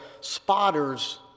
spotters